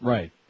Right